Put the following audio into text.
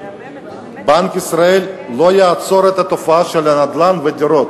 ובנק ישראל לא יעצור את התופעה של הנדל"ן ושל הדירות,